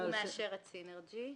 הוא מאשר את סינרג'י.